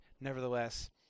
nevertheless